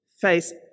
face